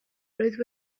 roedd